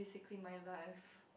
basically my life